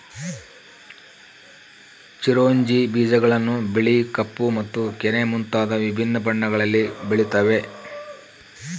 ಚಿರೊಂಜಿ ಬೀಜಗಳನ್ನು ಬಿಳಿ ಕಪ್ಪು ಮತ್ತು ಕೆನೆ ಮುಂತಾದ ವಿಭಿನ್ನ ಬಣ್ಣಗಳಲ್ಲಿ ಬೆಳೆಯುತ್ತವೆ